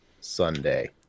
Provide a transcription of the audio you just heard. Sunday